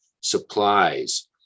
supplies